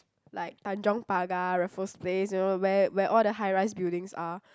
like Tanjong-Pagar Raffles-Place you know where where all the high-rise buildings are